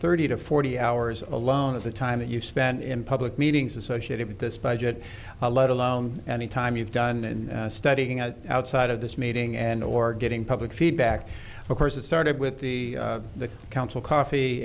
thirty to forty hours alone of the time that you spend in public meetings associated with this budget let alone any time you've done and studying at outside of this meeting and or getting public feedback of course it started with the the council coffee